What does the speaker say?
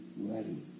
ready